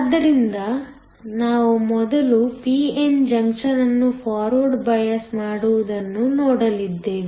ಆದ್ದರಿಂದ ನಾವು ಮೊದಲು p n ಜಂಕ್ಷನ್ ಅನ್ನು ಫಾರ್ವರ್ಡ್ ಬಯಾಸ್ ಮಾಡುವುದನ್ನು ನೋಡಲಿದ್ದೇವೆ